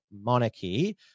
monarchy